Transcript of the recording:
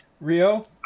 Rio